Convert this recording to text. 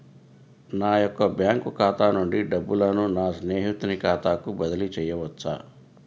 నా యొక్క బ్యాంకు ఖాతా నుండి డబ్బులను నా స్నేహితుని ఖాతాకు బదిలీ చేయవచ్చా?